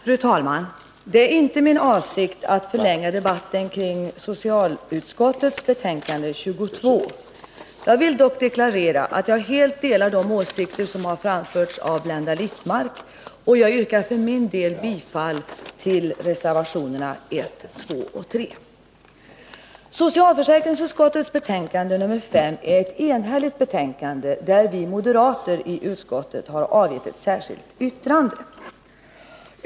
Fru talman! Det är inte min avsikt att förlänga debatten kring socialutskottets betänkande 22. Jag vill dock deklarera att jag helt delar de åsikter som framförts av Blenda Littmarck, och jag yrkar bifall till reservationerna 1, 2 och 3. Socialförsäkringsutskottets betänkande nr 5 är ett enhälligt betänkande, där vi moderater i utskottet har avgivit ett särskilt yttrande.